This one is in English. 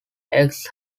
eggs